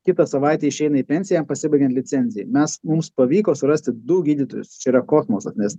kitą savaitę išeina į pensiją jam pasibaigiant licencijai mes mums pavyko surasti du gydytojus čia yra kosmosas nes